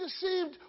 deceived